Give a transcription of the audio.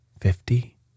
Fifty